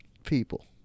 people